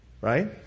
Right